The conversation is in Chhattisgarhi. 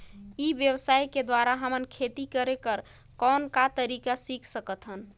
ई व्यवसाय के द्वारा हमन खेती करे कर कौन का तरीका सीख सकत हन?